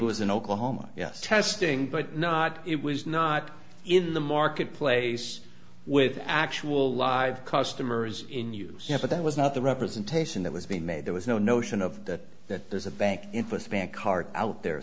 it was in oklahoma yes testing but not it was not in the marketplace with actual live customers in use but that was not the representation that was being made there was no notion of that that there's a bank with bank card out there